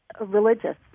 religious